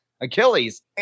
Achilles